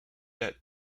that